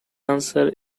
answer